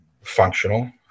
functional